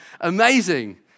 amazing